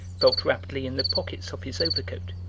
felt rapidly in the pockets of his overcoat,